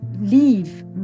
leave